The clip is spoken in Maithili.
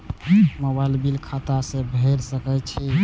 मोबाईल बील खाता से भेड़ सके छि?